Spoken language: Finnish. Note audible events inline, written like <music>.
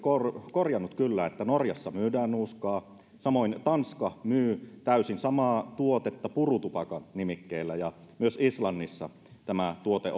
korjannut kyllä että norjassa myydään nuuskaa samoin tanska myy täysin samaa tuotetta purutupakan nimikkeellä myös islannissa tämä tuote <unintelligible>